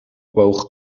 woog